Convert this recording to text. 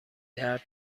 درد